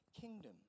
kingdom